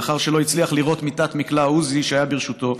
לאחר שלא הצליח לירות מתת-מקלע עוזי שהיה ברשותו,